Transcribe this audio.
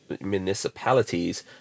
municipalities